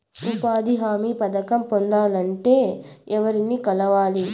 ఉపాధి హామీ పథకం పొందాలంటే ఎవర్ని కలవాలి?